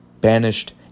banished